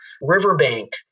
riverbank